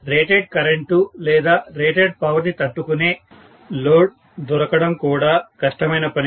మరియు rated current లేదా rated power ని తట్టుకునే లోడ్ దొరకడం కూడా కష్టమైన పని